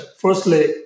Firstly